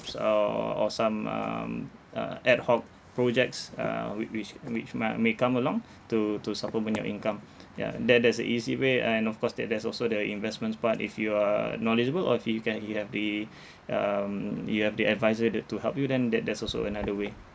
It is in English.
or or some um uh ad hoc projects uh whi~ which which might may come along to to supplement your income ya tha~ that's the easy way and of course there~ there's also the investments part if you are knowledgeable or if you can you have the um you have the adviser the to help you then that~ that's also another way